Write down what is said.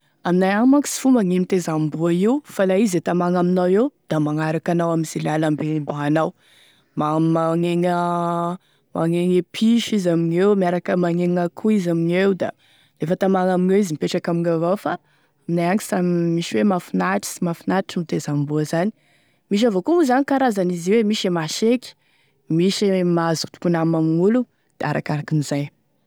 Aminay agny manko sy fomba gne miteza amboa io fa la izy e tamagna aminao eo da magnaraky anao am'ze lalambe ombanao, ma- magniagny magniagny e piso izy amigneo, miaraky magniagny akoho izy amigneo da lefa tamagny amigneo izy mipetraky amigneo avao fa aminay agny sa misy hoe mahafinaritry, sy mahafinaritry e miteza amboa zany: misy avao koa moa zany karazany izy io, misy e maseky, misy e mazoto mpinama amign'olo, arakaraka an'izay.